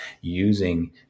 using